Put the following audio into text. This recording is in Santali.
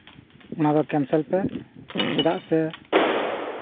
ᱚᱱᱟ ᱫᱚ ᱠᱮᱱᱥᱮᱞ ᱯᱮ ᱪᱮᱫᱟᱜ ᱥᱮ